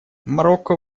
марокко